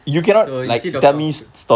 so you see doctor octo~